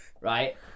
Right